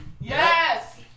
Yes